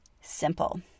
simple